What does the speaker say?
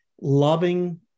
loving